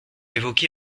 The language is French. évoqué